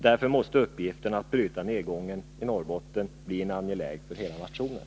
Därför måste uppgiften att bryta nedgången i Norrbotten bli en angelägenhet för hela nationen.